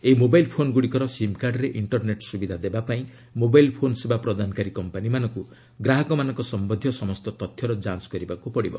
ଏହି ମୋବାଇଲ୍ ଫୋନ୍ଗୁଡ଼ିକର ସିମ୍ କାର୍ଡ଼ରେ ଇଷ୍ଟରନେଟ୍ ସୁବିଧା ଦେବାପାଇଁ ମୋବାଇଲ୍ ଫୋନ୍ ସେବା ପ୍ରଦାନକାରୀ କମ୍ପାନୀମାନଙ୍କୁ ଗ୍ରାହକମାନଙ୍କ ସମ୍ବନ୍ଧୀୟ ସମସ୍ତ ତଥ୍ୟର ଯାଞ୍ କରିବାକୁ ପଡ଼ିବ